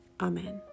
Amen